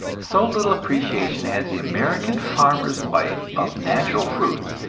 so little appreciation has the american farmer's wife of natural fruits,